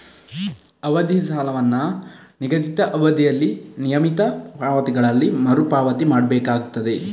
ಅವಧಿ ಸಾಲವನ್ನ ನಿಗದಿತ ಅವಧಿಯಲ್ಲಿ ನಿಯಮಿತ ಪಾವತಿಗಳಲ್ಲಿ ಮರು ಪಾವತಿ ಮಾಡ್ಬೇಕಾಗ್ತದೆ